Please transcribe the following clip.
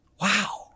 Wow